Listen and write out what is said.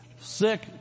Sick